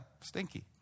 stinky